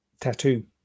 tattoo